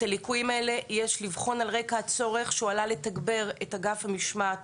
את הליקויים האלה יש לבחון על רקע הצורך שהועלה לתגבר את אגף המשמעת